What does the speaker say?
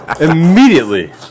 Immediately